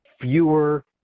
fewer